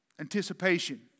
Anticipation